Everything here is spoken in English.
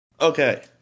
Okay